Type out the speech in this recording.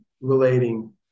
relating